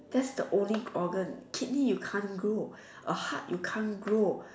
that's the only organ kidney you can't grow a heart you can't grow